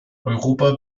europa